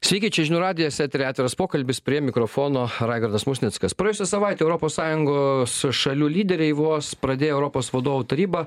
sveiki čia žinių radijas eteryje atviras pokalbis prie mikrofono raigardas musnickas praėjusią savaitę europos sąjungos šalių lyderiai vos pradėję europos vadovų taryba